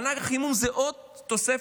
מענק החימום זה עוד תוספת,